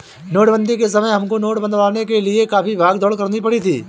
नोटबंदी के समय हमको नोट बदलवाने के लिए काफी भाग दौड़ करनी पड़ी थी